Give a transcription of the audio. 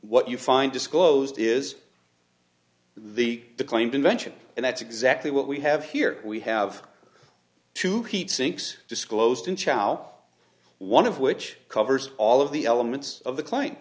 what you find disclosed is the claimed invention and that's exactly what we have here we have two heat sinks disclosed in chalo one of which covers all of the elements of the client